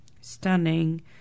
Stunning